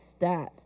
stats